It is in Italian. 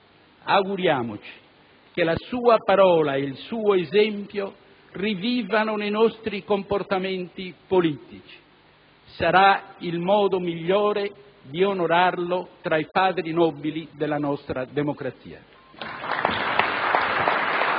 Auguriamoci che la sua parola e il suo esempio rivivano nei nostri comportamenti politici. Sarà il modo migliore di onorarlo tra i padri nobili della nostra democrazia.